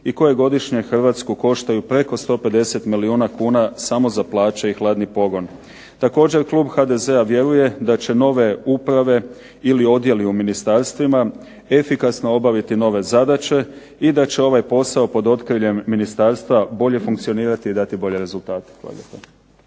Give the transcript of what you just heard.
i koje godišnje Hrvatsku koštaju preko 150 milijuna kuna samo za plaće i hladni pogon. Također, klub HDZ-a vjeruje da će nove uprave ili odjeli u ministarstvima efikasno obaviti nove zadaće i da će ovaj posao pod okriljem ministarstva bolje funkcionirati i dati bolje rezultate.